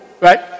Right